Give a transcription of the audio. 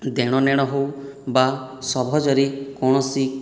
ଦେଣ ନେଣ ହେଉ ବା ସହଜରେ କୌଣସି